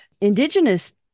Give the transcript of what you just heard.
indigenous